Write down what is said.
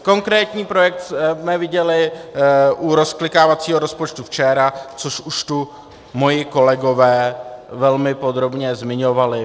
Konkrétní projekt jsme viděli u rozklikávacího rozpočtu včera, což už tu moji kolegové velmi podrobně zmiňovali.